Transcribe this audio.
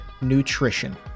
nutrition